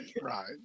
right